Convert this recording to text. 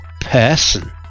PERSON